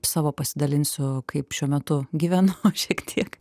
savo pasidalinsiu kaip šiuo metu gyvenu šiek tiek